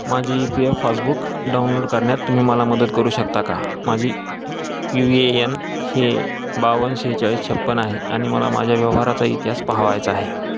माझी E P F passbook download करण्यात तुम्ही मला मदत करू शकता का माझी यू ये यन हे बावन्न सेहेचाळीस छप्पन्न आहे आणि मला माझ्या व्यवहाराचा इतिहास पहावयाचा आहे